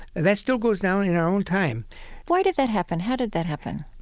that still goes down in our own time why did that happen? how did that happen?